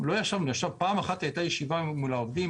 פעם אחת הייתה ישיבה מול העובדים,